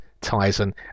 Tyson